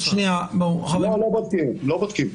לא בודקים.